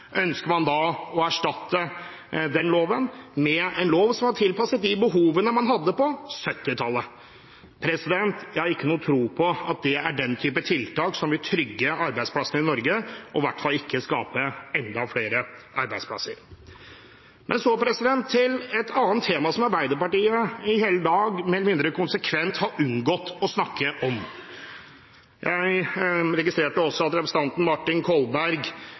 Ønsker man da å erstatte den loven med en lov som er tilpasset de behovene man hadde på 1970-tallet? Jeg har ikke noe tro på at det er den typen tiltak som vil trygge arbeidsplassene i Norge, og i hvert fall ikke skape enda flere arbeidsplasser. Så til et annet tema, som Arbeiderpartiet i hele dag mer eller mindre konsekvent har unngått å snakke om. Jeg registrerte også at representanten Martin Kolberg